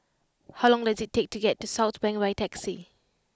how long does it take to get to Southbank by taxi